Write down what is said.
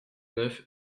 neuf